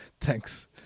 Thanks